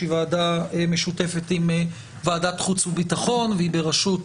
שהיא ועדה משותפת עם ועדת חוץ וביטחון והיא בראשות